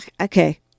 okay